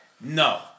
No